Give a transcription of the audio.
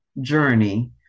journey